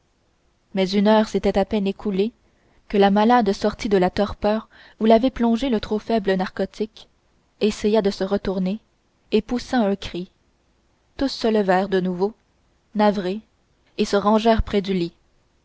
mais une heure s'était à peine écoulée que la malade sortit de la torpeur où l'avait plongée le trop faible narcotique essaya de se retourner et poussa un cri tous se levèrent de nouveau navrés et se rangèrent près du lit